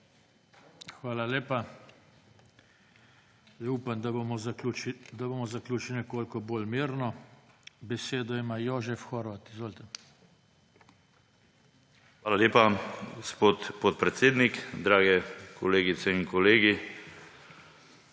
Hvala lepa. Upam, da bomo zaključili nekoliko bolj mirno. Besedo ima Jožef Horvat. Izvolite. JOŽEF HORVAT (PS NSi): Hvala lepa, gospod podpredsednik. Dragi kolegice in kolegi!